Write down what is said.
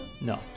No